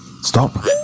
Stop